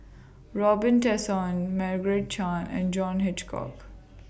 Robin Tessensohn Margaret Chan and John Hitchcock